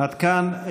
עד כאן.